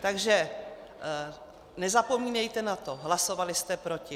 Takže nezapomínejte na to, hlasovali jste tehdy proti.